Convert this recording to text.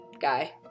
guy